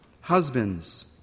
Husbands